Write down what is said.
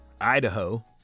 Idaho